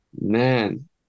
man